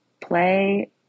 play